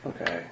Okay